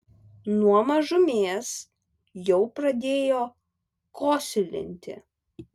nuo mažumės jau pradėjo kosilinti